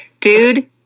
dude